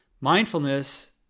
mindfulness